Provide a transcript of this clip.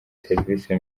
serivisi